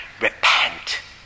Repent